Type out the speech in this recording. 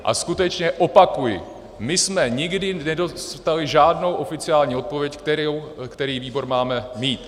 A skutečně opakuji, my jsme nikdy nedostali žádnou oficiální odpověď, který výbor máme mít.